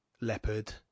leopard